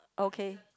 okay